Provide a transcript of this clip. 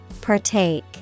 Partake